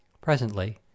Presently